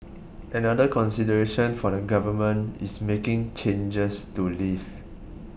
another consideration for the Government is making changes to leave